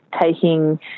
taking